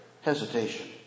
hesitation